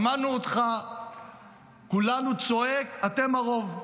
שמענו אותך כולנו צועק, אתם הרוב.